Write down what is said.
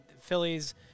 Phillies